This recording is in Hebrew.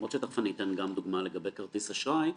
יכול להיות שאני אתן דוגמה גם לגבי כרטיס אשראי.